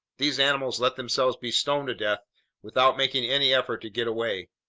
these animals let themselves be stoned to death without making any effort to get away.